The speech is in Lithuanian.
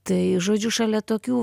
tai žodžiu šalia tokių